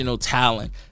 talent